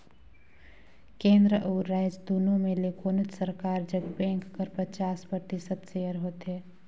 केन्द्र अउ राएज दुनो में ले कोनोच सरकार जग बेंक कर पचास परतिसत सेयर होथे